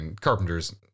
Carpenter's